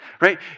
right